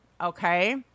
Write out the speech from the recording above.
okay